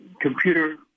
computer